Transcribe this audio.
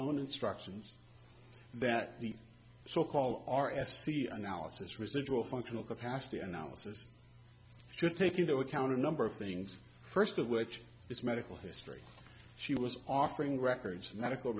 own instructions that the so called r f c analysis residual functional capacity analysis should take into account a number of things first of which is medical history she was offering records of medical